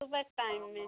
सुबह का टाइम में